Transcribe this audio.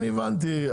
אני הבנתי.